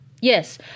Yes